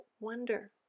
wonder